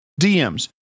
DMs